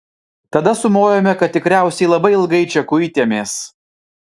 tada sumojome kad tikriausiai labai ilgai čia kuitėmės